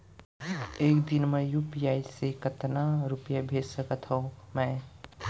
एक दिन म यू.पी.आई से कतना रुपिया भेज सकत हो मैं?